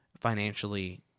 financially